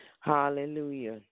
Hallelujah